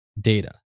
data